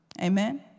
Amen